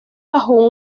bajo